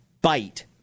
bite